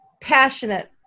passionate